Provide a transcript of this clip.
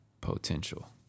potential